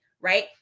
right